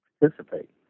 participate